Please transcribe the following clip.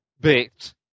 bit